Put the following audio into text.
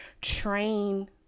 train